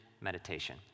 meditation